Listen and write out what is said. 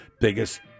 biggest